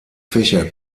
fächer